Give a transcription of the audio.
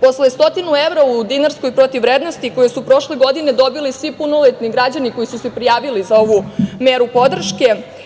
Posle 100 evra u dinarskoj protivvrednosti koje su prošle godine dobili svi punoletni građani koji su se prijavili za ovu meru podrške,